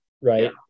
right